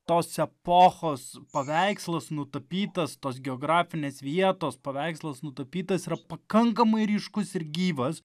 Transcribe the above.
tos epochos paveikslas nutapytas tos geografinės vietos paveikslas nutapytas yra pakankamai ryškus ir gyvas